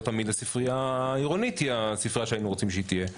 לא תמיד הספרייה העירונית היא הספרייה שהיינו רוצים שהיא תהיה.